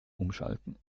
umschalten